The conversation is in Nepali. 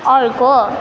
अर्को